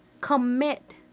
commit